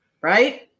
right